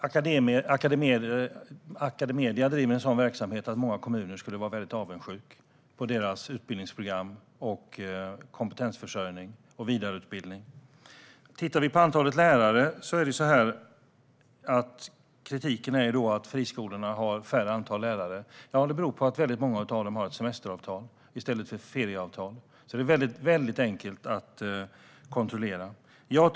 Academedia driver en verksamhet med utbildningsprogram, kompetensförsörjning och vidareutbildning som många kommuner skulle vara avundsjuka på. När det gäller antalet lärare är kritiken att friskolorna har lägre antal lärare. Det beror på att många av dem har ett semesteravtal i stället för ett ferieavtal. Det är enkelt att kontrollera.